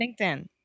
LinkedIn